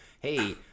Hey